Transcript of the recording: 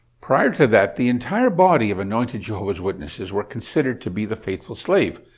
prior to that, the entire body of anointed jehovah's witnesses were considered to be the faithful slave,